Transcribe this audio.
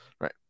right